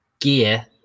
gear